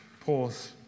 pause